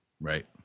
Right